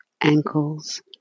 ankles